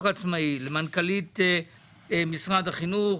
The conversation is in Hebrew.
העצמאי למנכ"לית משרד החינוך